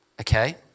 Okay